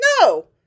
No